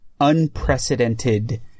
unprecedented